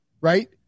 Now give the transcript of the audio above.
right